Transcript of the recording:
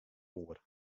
oer